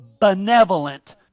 benevolent